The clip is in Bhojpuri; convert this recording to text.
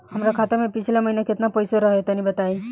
हमरा खाता मे पिछला महीना केतना पईसा रहे तनि बताई?